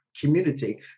community